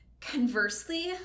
Conversely